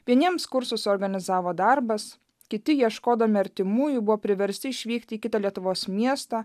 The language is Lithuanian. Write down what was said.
vieniems kursus organizavo darbas kiti ieškodami artimųjų buvo priversti išvykti į kitą lietuvos miestą